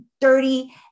dirty